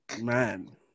Man